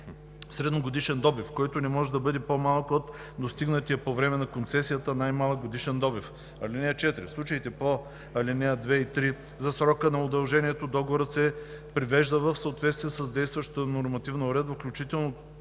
средногодишен добив, който не може да бъде по-малък от достигнатия по време на концесията най-малък годишен добив. (4) В случаите по ал. 2 и 3 за срока на удължаването договорът се привежда в съответствие с действащата нормативна уредба, включително